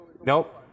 Nope